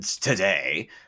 today